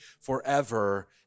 forever